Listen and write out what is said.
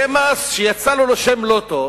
זה מס שיצא לו שם לא טוב,